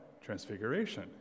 Transfiguration